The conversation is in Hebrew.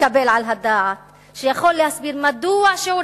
מתקבל על הדעת שיכול להסביר מדוע שיעור